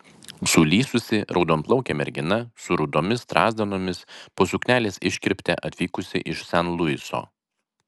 sulysusi raudonplaukė mergina su rudomis strazdanomis po suknelės iškirpte atvykusi iš san luiso